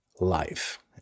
life